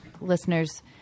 listeners